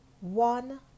one